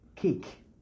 cake